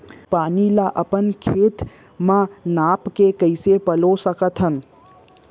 पानी ला अपन खेत म नाप के कइसे पलोय सकथन?